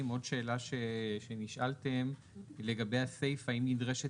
עוד שאלה שנשאלתם לגבי הסיפא: האם נדרשת